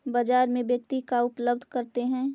बाजार में व्यक्ति का उपलब्ध करते हैं?